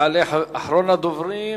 יעלה אחרון הדוברים,